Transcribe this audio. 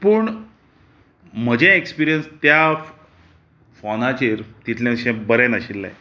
पूण म्हजें एक्सपिरियन्स त्या फोनाचेर तितलेंशें बरें नाशिल्लें